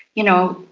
you know,